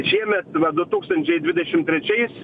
šiemet va du tūkstančiai dvidešim trečiais